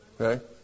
Okay